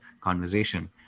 conversation